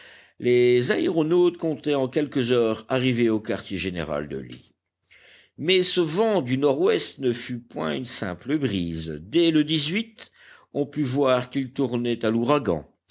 les aéronautes comptaient en quelques heures arriver au quartier général de lee mais ce vent du nord-ouest ne fut point une simple brise dès le on put voir qu'il tournait à l'ouragan